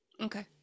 Okay